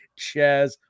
Chaz